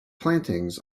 plantings